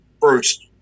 first